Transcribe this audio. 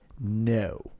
No